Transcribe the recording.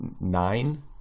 nine